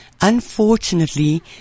Unfortunately